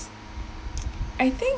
I think